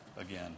again